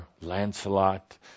Lancelot